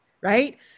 Right